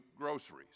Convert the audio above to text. groceries